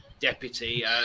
deputy